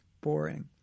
boring